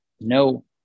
No